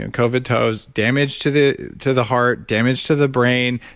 and covid toes, damage to the to the heart, damage to the brain,